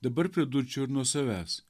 dabar pridurčiau ir nuo savęs